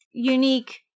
Unique